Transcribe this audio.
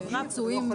כן.